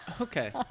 okay